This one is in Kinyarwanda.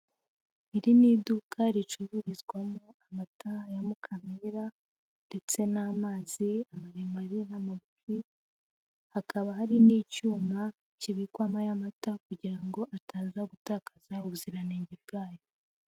Iri ni iduka ricururizwamo amatara ya Mukamira ndetse n'amazi maremare n'amagufi, hakaba hari n'icyuma kibikwamo aya mata kugira ngo ataza gutakaza ubuziranenge bwayo.